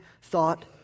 thought